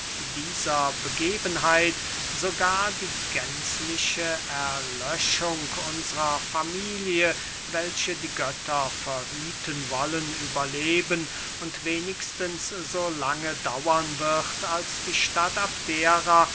dieser begebenheit sogar die gänzliche erlöschung unsrer familie welche die götter verhüten wollen überleben und wenigstens so lange dauern wird als die stadt abdera